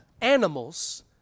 animals